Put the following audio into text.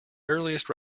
earliest